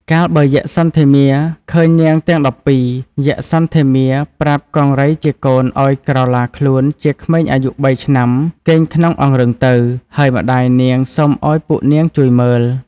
កាលបើយក្ខសន្ធរមារឃើញនាងទាំង១២ យក្ខសន្ធមារប្រាប់កង្រីជាកូនឲ្យក្រឡាខ្លួនជាក្មេងអាយុ៣ឆ្នាំគេងក្នុងអង្រឹងទៅ ហើយម្តាយនាងសុំឲ្យពួកនាងជួយមើល។